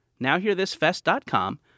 NowHearThisFest.com